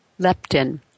leptin